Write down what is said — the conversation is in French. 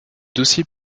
dossier